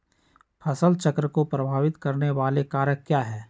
फसल चक्र को प्रभावित करने वाले कारक क्या है?